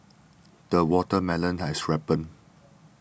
the watermelon has ripened